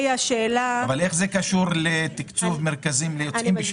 איך זה קשור לתקצוב מרכזים ליוצאים בשאלה?